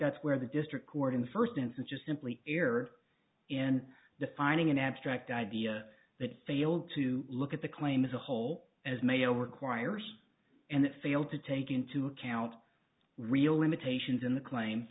that's where the district court in the first instance just simply erred in defining an abstract idea that failed to look at the claim as a whole as male requires and it failed to take into account real limitations in the claim